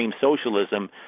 socialism